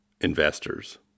investors